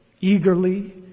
eagerly